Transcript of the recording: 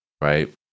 right